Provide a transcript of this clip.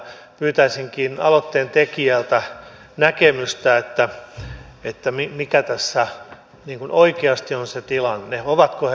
pyytäisinkin aloitteentekijältä näkemystä mikä tässä oikeasti on se tilanne ovatko ne laittomia vai eivät